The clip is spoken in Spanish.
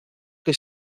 que